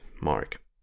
mark